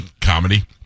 comedy